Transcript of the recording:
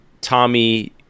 Tommy